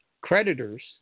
creditors